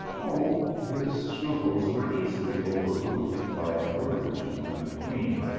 oh, his scruples were easily overruled by a word or two from the queen,